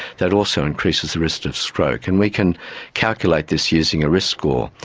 that also increases the risk of stroke. and we can calculate this using a risk score.